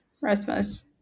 Rasmus